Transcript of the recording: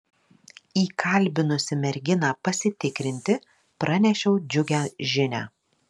įkalbinusi merginą pasitikrinti pranešiau džiugią žinią